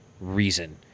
reason